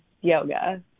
yoga